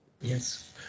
Yes